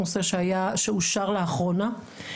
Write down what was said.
נושא שאושר לאחרונה,